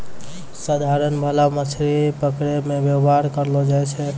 साधारण भाला मछली पकड़ै मे वेवहार करलो जाय छै